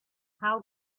how